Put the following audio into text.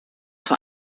vor